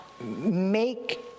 make